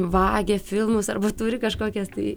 vagia filmus arba turi kažkokias tai